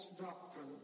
doctrine